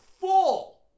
Full